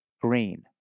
green